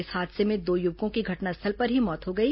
इस हादसे में दो युवकों की घटनास्थल पर ही मौत हो गई